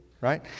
right